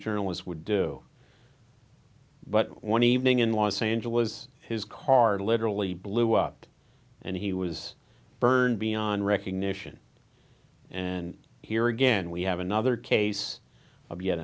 journalist would do but one evening in los angeles his car literally blew up and he was burned beyond recognition and here again we have another case of yet